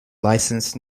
licensed